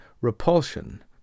repulsion